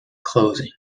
closing